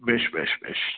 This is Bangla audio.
বেশ বেশ বেশ